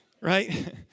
right